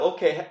Okay